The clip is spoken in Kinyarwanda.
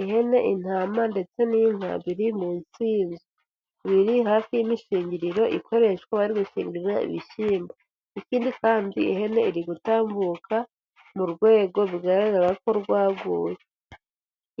Ihene, intama ndetse n'inka biri munsi y'inzu. Biri hafi y'imishingiriro ikoreshwa bari gushingirira ibishyimbo. ikindi kandi ihene iri gutambuka mu rwego bigaragara ko rwaguye.